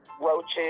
Roaches